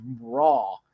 Raw